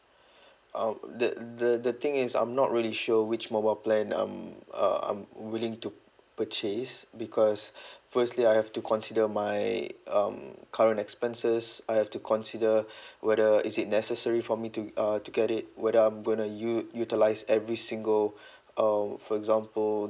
uh the the the thing is I'm not really sure which mobile plan um uh I'm willing to purchase because firstly I have to consider my um current expenses I have to consider whether is it necessary for me to uh to get it whether I'm gonna u~ utilise every single uh for example